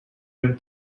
win